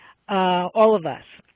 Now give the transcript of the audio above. all of us.